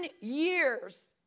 years